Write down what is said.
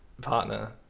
partner